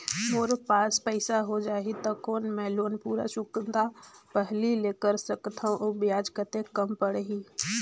मोर पास पईसा हो जाही त कौन मैं लोन पूरा चुकता पहली ले कर सकथव अउ ब्याज कतेक कम पड़ही?